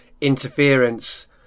interference